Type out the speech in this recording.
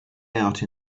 out